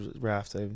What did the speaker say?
raft